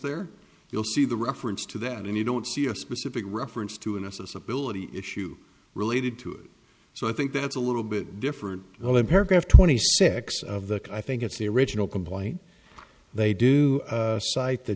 there you'll see the reference to that and you don't see a specific reference to an s s ability issue related to it so i think that's a little bit different the lead paragraph twenty six of the i think it's the original complaint they do cite the